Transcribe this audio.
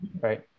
right